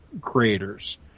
creators